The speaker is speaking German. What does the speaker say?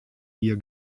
hier